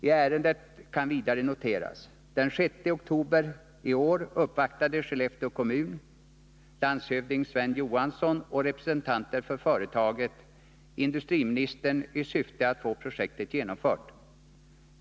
I ärendet kan vidare noteras: Den 6 oktober i år uppvaktade Skellefteå kommun, landshövding Sven Johansson och representanter för företaget industriministern i syfte att få projektet genomfört.